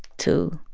to